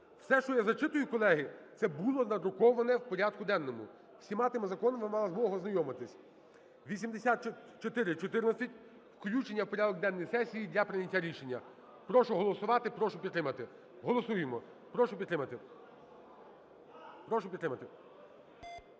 Все, що я зачитую, колеги, це було надруковане в порядку денному, зі всіма тими законами ми мали змогу ознайомитись. 8414 - включення в порядок денний сесії для прийняття рішення. Прошу голосувати. Прошу підтримати. Голосуємо. Прошу підтримати. 11:51:29